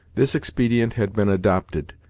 this expedient had been adopted,